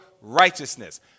righteousness